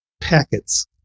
packets